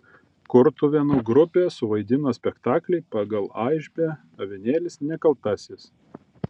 kurtuvėnų grupė suvaidino spektaklį pagal aišbę avinėlis nekaltasis